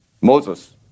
Moses